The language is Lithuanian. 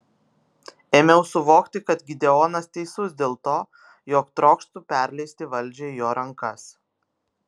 ėmiau suvokti kad gideonas teisus dėl to jog trokštu perleisti valdžią į jo rankas